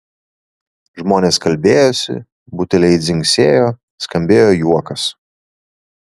žmonės kalbėjosi buteliai dzingsėjo skambėjo juokas